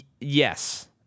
Yes